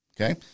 okay